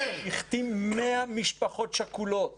הוא החתים 100 משפחות שכולות